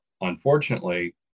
unfortunately